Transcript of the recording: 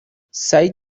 سعید